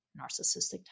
narcissistic